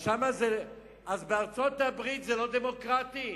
אז בארצות-הברית זה לא דמוקרטי?